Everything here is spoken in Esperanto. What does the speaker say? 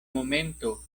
momento